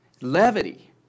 Levity